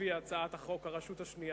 לפי הצעת חוק הרשות השנייה.